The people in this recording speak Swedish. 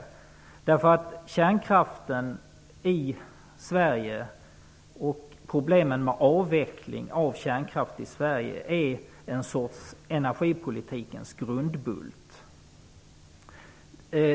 Kärnkraften i Sverige och problemen med avvecklingen av kärnkraften i Sverige är en av energipolitikens grundbult.